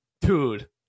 Dude